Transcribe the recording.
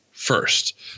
first